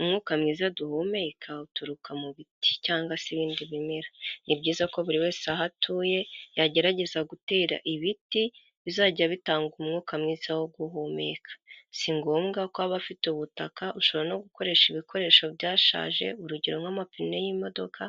Umwuka mwiza duhumeka uturuka mu biti, cyangwa se ibindi bimera, ni byiza ko buri wese aho atuye yagerageza gutera ibiti bizajya bitanga umwuka mwiza wo guhumeka, si ngombwa ko aba abafite ubutaka ushobora no gukoresha ibikoresho byashaje urugero nk'amapine y'imodoka,